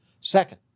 Second